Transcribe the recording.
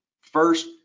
first